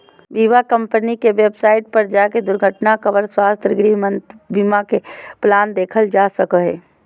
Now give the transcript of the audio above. बीमा कम्पनी के वेबसाइट पर जाके दुर्घटना कवर, स्वास्थ्य, गृह बीमा के प्लान देखल जा सको हय